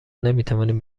نمیتوانیم